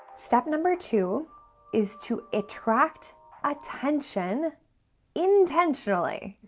step number two is to attract attention intentionally.